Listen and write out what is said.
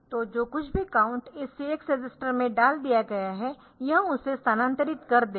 तो जो कुछ भी काउंट इस CX रजिस्टर में डाल दिया गया है यह उसे स्थानांतरित कर देगा